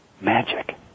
magic